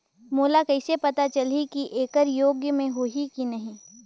मोला कइसे पता चलही की येकर योग्य मैं हों की नहीं?